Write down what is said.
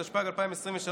התשפ"ג 2023,